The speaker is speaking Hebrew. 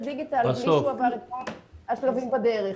דיגיטל בלי שהוא עבר את כל השלבים בדרך.